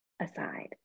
aside